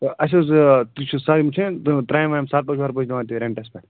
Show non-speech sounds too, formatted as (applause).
تہٕ اسہِ اوس ٲں تُہۍ چھُو (unintelligible) تَرٛامہِ وامہِ سرپوش ورپوش دِوان تۄہہِ ریٚنٛٹس پٮ۪ٹھ